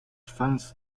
fans